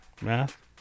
Math